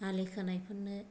आलि खोनायफोरनो